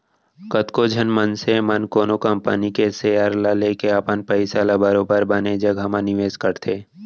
कतको झन मनसे मन ह कोनो कंपनी के सेयर ल लेके अपन पइसा ल बरोबर बने जघा म निवेस करथे